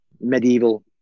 medieval